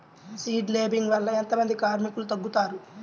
Seed లేంబింగ్ వల్ల ఎంత మంది కార్మికులు తగ్గుతారు?